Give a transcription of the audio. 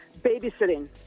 Babysitting